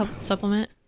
supplement